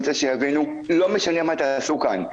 לא משנה מה תעשו כאן,